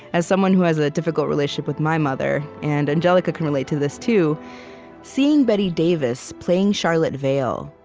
as someone who has a difficult relationship with my mother and angelica can relate to this, too seeing bette davis, playing charlotte vale,